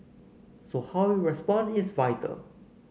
so how we respond is vital